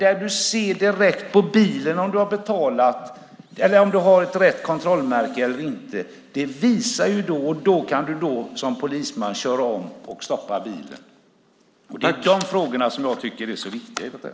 Om man ser direkt på bilen att kontrollmärket inte finns kan man som polisman köra om och stoppa bilen. Det är de frågorna som jag tycker är så viktiga.